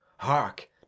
Hark